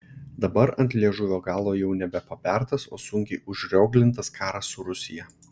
dabar ant liežuvio galo jau nebe pabertas o sunkiai užrioglintas karas su rusija